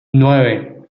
nueve